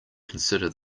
consider